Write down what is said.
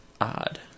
odd